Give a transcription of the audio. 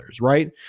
right